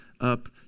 up